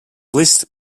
list